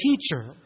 teacher